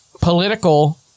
political